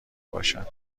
باشد